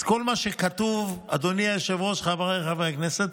כל מה שכתוב, אדוני היושב-ראש, חבריי חברי הכנסת,